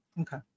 Okay